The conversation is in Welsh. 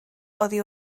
oddi